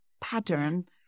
pattern